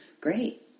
great